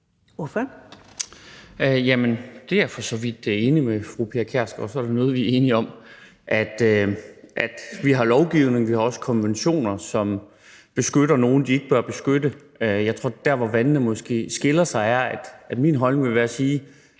(V): Jamen det er jeg for så vidt enig med fru Pia Kjærsgaard i – så der er noget, vi er enige om – altså at vi har lovgivning, og vi har også konventioner, som beskytter nogle, de ikke bør beskytte. Jeg tror, at der, hvor vandene måske skilles, er, at min holdning vil være at sige,